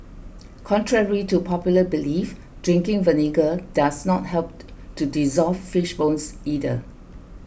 contrary to popular belief drinking vinegar does not help to dissolve fish bones either